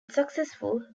successful